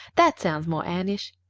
that sounds more anneish.